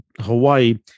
Hawaii